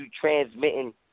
transmitting